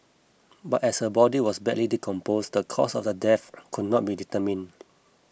but as her body was badly decomposed the cause of death could not be determined